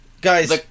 Guys